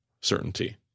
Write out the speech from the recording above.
certainty